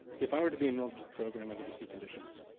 if i were to be enrolled to the program under this new conditions,